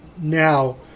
now